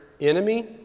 enemy